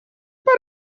par